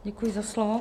Děkuji za slovo.